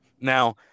Now